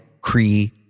Cree